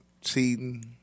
cheating